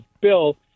bill